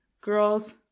girls